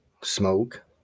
smoke